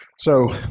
so,